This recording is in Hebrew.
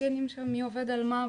באגף של המעונות יום,